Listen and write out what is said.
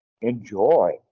enjoy